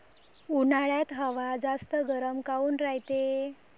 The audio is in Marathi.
उन्हाळ्यात हवा जास्त गरम काऊन रायते?